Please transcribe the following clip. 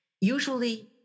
usually